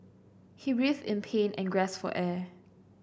he writhed in pain and gasped for air